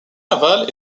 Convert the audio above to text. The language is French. naval